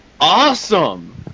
awesome